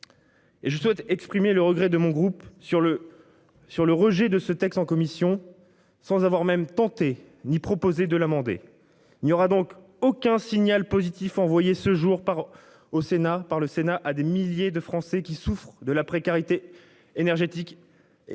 Et je souhaite exprimer le regret de mon groupe, sur le sur le rejet de ce texte en commission sans avoir même tenté ni proposé de l'amender. Il y aura donc aucun signal positif envoyé ce jour par au Sénat par le Sénat à des milliers de Français qui souffrent de la précarité énergétique et été comme